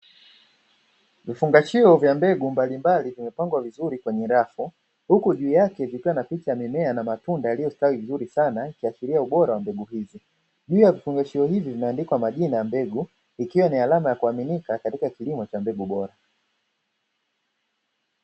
Vifungashio vya mbegu mbalimbali vimepangwa vizuri kwenye rafu huku juu yake vikiwa na picha za mimea na matunda yaliyostawi vizuri sana, yakiashiria ubora wa mbegu hizi pia vifungashio hivi vimeandikwa majina ya mbegu. Ikiwa ni alama ya kuaminika katika kilimo cha mbegu bora.